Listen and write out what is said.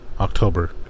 October